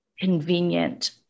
convenient